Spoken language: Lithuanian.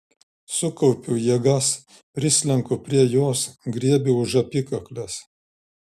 sukaupiu jėgas prislenku prie jos griebiu už apykaklės